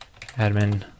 admin